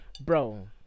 bro